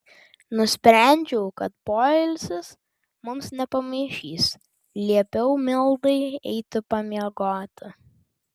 nusprendžiau kad poilsis mums nepamaišys liepiau mildai eiti pamiegoti